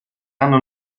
hanno